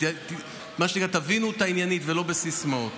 ומה שנקרא תבינו אותה עניינית ולא בסיסמאות.